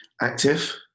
active